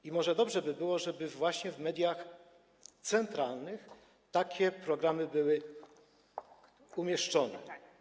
I może dobrze by było, żeby właśnie w mediach centralnych takie programy były umieszczone.